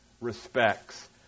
respects